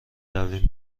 رویم